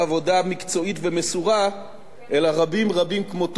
אלא רבים-רבים כמותו באוצר על כל אגפיו.